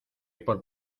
por